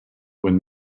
when